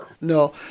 No